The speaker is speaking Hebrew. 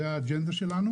זה האג'נדה שלנו.